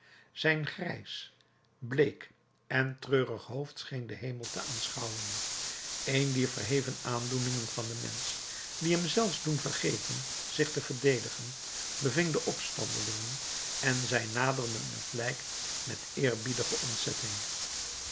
zijn grijs bleek en treurig hoofd scheen den hemel te aanschouwen een dier verheven aandoeningen van den mensch die hem zelfs doen vergeten zich te verdedigen beving de opstandelingen en zij naderden het lijk met eerbiedige ontzetting